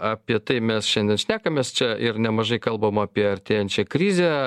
apie tai mes šiandien šnekamės čia ir nemažai kalbama apie artėjančią krizę